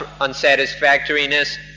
unsatisfactoriness